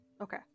Okay